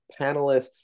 panelists